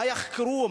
מה יחקרו?